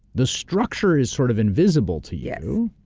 the structure is sort of invisible to you,